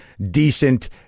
decent